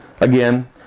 Again